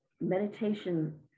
meditation